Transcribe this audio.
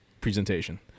presentation